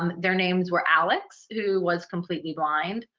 their names were alex, who was completely blind,